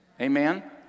Amen